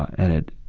and it